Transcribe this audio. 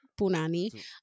Punani